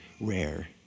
rare